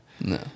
No